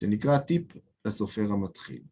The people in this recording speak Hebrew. זה נקרא הטיפ לסופר המתחיל.